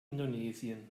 indonesien